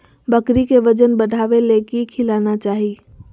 बकरी के वजन बढ़ावे ले की खिलाना चाही?